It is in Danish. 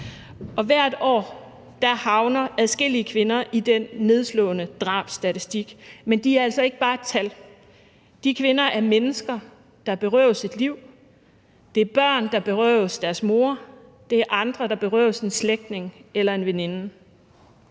Hvert år havner adskillige kvinder i den nedslående drabsstatistik, men de er altså ikke bare et tal. De kvinder er mennesker, der berøves et liv, der er børn, der berøves deres mor, og der er andre, der berøves en slægtning eller en veninde.